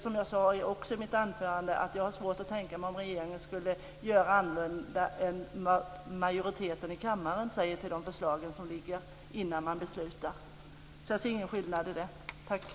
Som jag sade i mitt anförande har jag svårt att tänka mig att regeringen skulle göra annorlunda än vad majoriteten i kammaren skulle vilja att man gjorde när det gäller de förslag som ligger framme. Jag ser ingen skillnad vad gäller det.